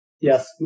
Yes